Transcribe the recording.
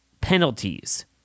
penalties